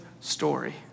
story